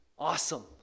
Awesome